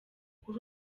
kuri